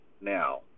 now